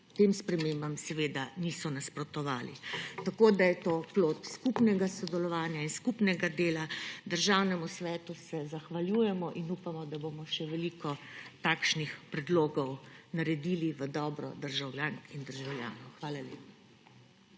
tem spremembam seveda niso nasprotovali. Tako da je to plod skupnega sodelovanja in skupnega dela. Državnemu svetu se zahvaljujemo in upamo, da bomo še veliko takšnih predlogov naredili v dobro državljank in državljanov. Hvala lepa.